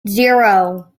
zero